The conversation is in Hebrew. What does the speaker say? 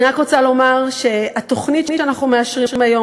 אני רק רוצה לומר שהתוכנית שאנחנו מאשרים היום